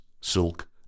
Silk